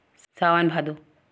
सावन भादो